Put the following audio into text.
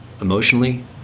emotionally